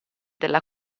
della